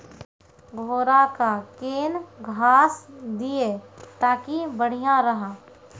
घोड़ा का केन घास दिए ताकि बढ़िया रहा?